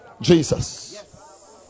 Jesus